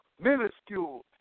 minuscule